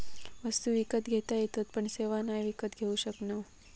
वस्तु विकत घेता येतत पण सेवा नाय विकत घेऊ शकणव